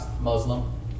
Muslim